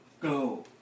Go